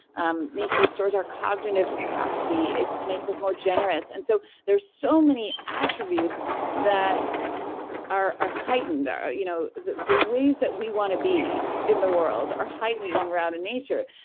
um nature restores our cognitive capacity, it makes us more generous and so there's so many attributes that are heightened or you know the the ways that we want to be in the world are heightened when we're out in nature.